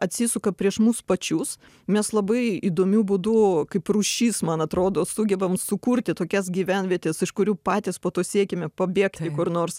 atsisuka prieš mus pačius mes labai įdomiu būdu kaip rūšis man atrodo sugebam sukurti tokias gyvenvietes iš kurių patys po to siekiame pabėgt kur nors